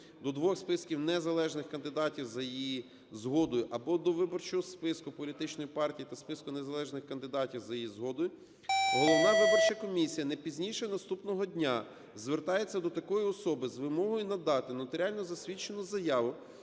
до двох списків незалежних кандидатів за її згодою, або до виборчого списку політичної партії та списку незалежних кандидатів за її згодою, головна виборча комісія не пізніше наступного дня звертається до такої особи з вимогою надати нотаріально засвідчену заяву,